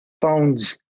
phones